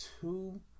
two